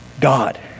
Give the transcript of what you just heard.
God